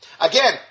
Again